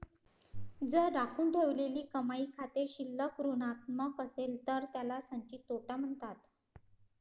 जर राखून ठेवलेली कमाई खाते शिल्लक ऋणात्मक असेल तर त्याला संचित तोटा म्हणतात